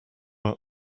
are